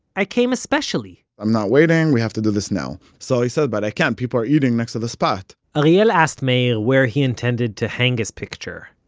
i came especially. i'm not waiting, we have to do this now. so he said, but i can't, people are eating next to the spot. ariel asked meir ah where he intended to hang his picture.